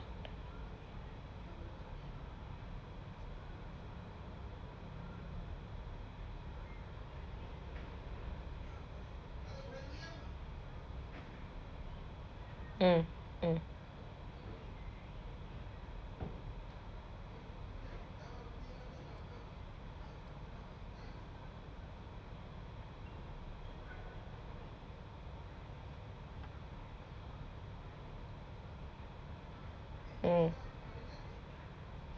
mm mm mm